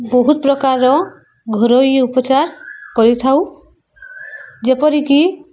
ବହୁତ ପ୍ରକାରର ଘରୋଇ ଉପଚାର କରିଥାଉ ଯେପରିକି